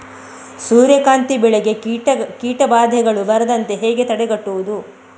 ಸೂರ್ಯಕಾಂತಿ ಬೆಳೆಗೆ ಕೀಟಬಾಧೆಗಳು ಬಾರದಂತೆ ಹೇಗೆ ತಡೆಗಟ್ಟುವುದು?